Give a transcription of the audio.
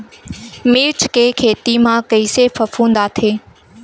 मिर्च के खेती म कइसे फफूंद आथे?